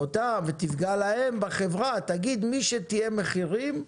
ותפגע להם בחברה, תגיד, מי שתיאם מחירים,